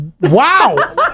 Wow